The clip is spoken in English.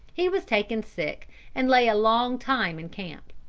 he was taken sick and lay a long time in camp.